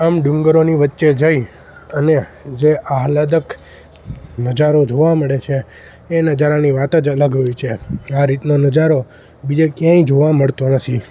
આમ ડુંગરોની વચ્ચે જઈ અને જે આહલાદક નજારો જોવા મળે છે એ નજારાની વાત જ અલગ હોય છે આ રીતનો નજારો બીજે ક્યાંય જોવા મળતો નથી